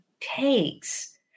takes